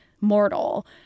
mortal